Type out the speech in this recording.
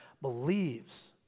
believes